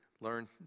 learn